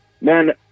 Man